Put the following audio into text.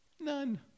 None